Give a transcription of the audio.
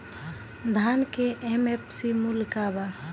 धान के एम.एफ.सी मूल्य का बा?